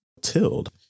tilled